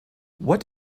what